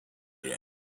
dig